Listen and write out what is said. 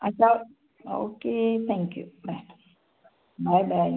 अच्छा okay thank you bye bye bye